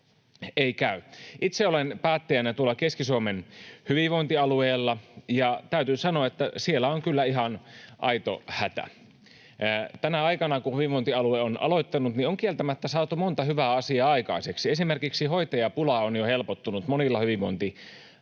ei käy. Itse olen päättäjänä tuolla Keski-Suomen hyvinvointialueella, ja täytyy sanoa, että siellä on kyllä ihan aito hätä. Tänä aikana, kun hyvinvointialue on aloittanut, on kieltämättä saatu monta hyvää asiaa aikaiseksi. Esimerkiksi hoitajapula on jo helpottunut monilla hyvinvointialueilla.